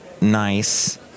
Nice